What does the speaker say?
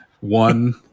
one